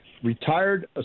Retired